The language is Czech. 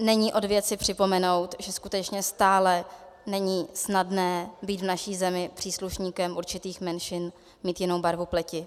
Není od věci připomenout, že skutečně stále není snadné být v naší zemi příslušníkem určitých menšin, mít jinou barvu pleti.